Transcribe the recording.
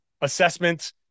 assessment